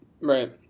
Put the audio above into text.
right